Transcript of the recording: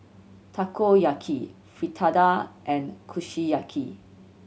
Takoyaki Fritada and Kushiyaki